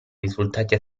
risultati